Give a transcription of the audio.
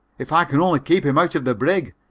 if i can only keep him out of the brig,